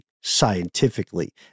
scientifically